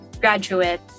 graduate